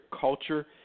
culture